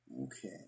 Okay